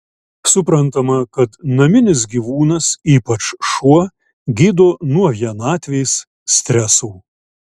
suprantama kad naminis gyvūnas ypač šuo gydo nuo vienatvės stresų